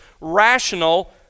rational